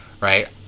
right